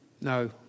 No